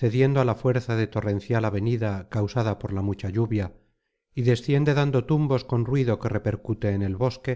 cediendo á la fuerza de torrencial avenida causada por la mucha lluvia y desciende dando tumbos con ruido que repercute en el bosque